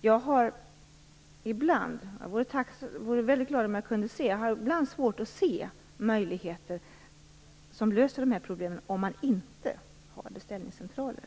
Jag har ibland svårt att se några möjligheter att lösa de här problemen om det inte finns beställningscentraler.